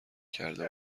کرده